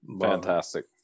Fantastic